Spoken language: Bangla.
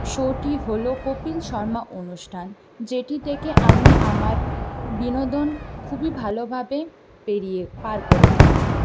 শো টি হল কপিল শর্মা অনুষ্ঠান যেটি থেকে আমি আমার বিনোদন খুবই ভালোভাবে পেরিয়ে পার করে থাকি